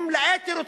הם מלאי תירוצים.